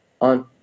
on